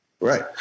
Right